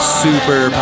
super